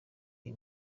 iyi